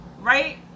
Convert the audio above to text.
Right